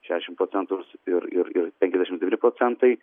šešiasdešimt procentų ir ir penkiasdešimt devyni procentai